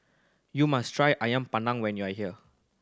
you must try ayam when you are here